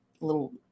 little